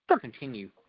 continue